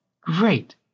Great